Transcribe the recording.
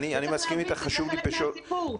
זה חלק מהסיפור.